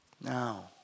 now